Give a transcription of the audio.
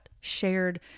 shared